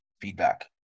feedback